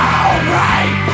alright